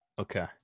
Okay